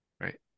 Right